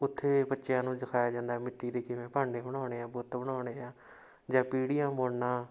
ਉੱਥੇ ਬੱਚਿਆਂ ਨੂੰ ਦਿਖਾਇਆ ਜਾਂਦਾ ਮਿੱਟੀ ਦੇ ਕਿਵੇਂ ਭਾਂਡੇ ਬਣਾਉਣੇ ਆ ਬੁੱਤ ਬਣਾਉਣੇ ਆ ਜਾਂ ਪੀੜੀਆਂ ਬੁਣਨਾ